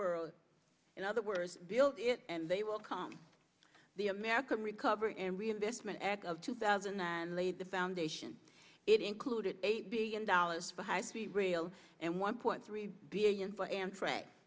world in other words build it and they will come the american recovery and reinvestment act of two thousand and laid the foundation it included eight billion dollars for high speed rail and one point three